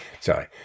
Sorry